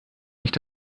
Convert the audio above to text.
nicht